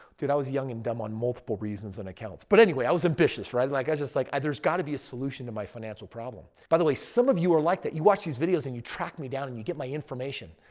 dude, i was young and dumb on multiple reasons and accounts. but anyway, i was ambitious, right? like i just like i there's got to be a solution to my financial problem. by the way, some of you are like that. you watch these videos and you track me down and you get my information.